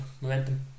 momentum